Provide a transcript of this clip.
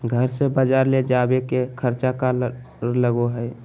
घर से बजार ले जावे के खर्चा कर लगो है?